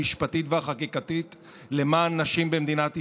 המשפטית והחקיקתית למען נשים במדינת ישראל.